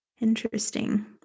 Interesting